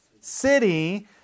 city